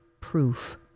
proof